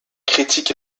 critique